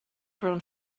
grown